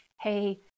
hey